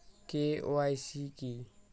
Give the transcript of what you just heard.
KYC কি?